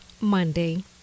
Monday